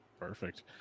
perfect